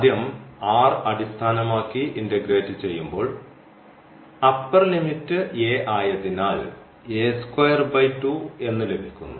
ആദ്യം അടിസ്ഥാനമാക്കി ഇൻന്റഗ്രേറ്റ് ചെയ്യുമ്പോൾ അപ്പർ ലിമിറ്റ് ആയതിനാൽ എന്ന് ലഭിക്കുന്നു